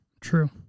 True